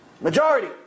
Majority